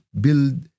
build